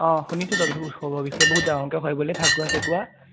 অঁ শুনিছোঁ দৌল উৎসৱৰ বিষয়ে বহুত ডাঙৰকৈ হয় বোলে ফাকুৱা চাকুৱা